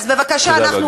אז בבקשה, תודה רבה, גברתי.